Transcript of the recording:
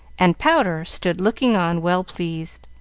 and powder, stood looking on, well pleased.